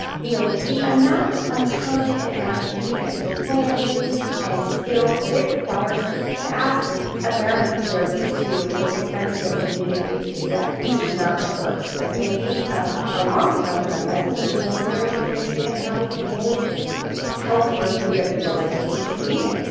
you know the amount of time, and energy, and planning and skills that it requires to ask americans who are used to inexpensive and convenient food to do that is just not going to work and so ah along with talking about messengers, you know we're we're very interested in how we can make healthier food that people like to eat convenient.